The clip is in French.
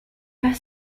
pas